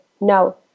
no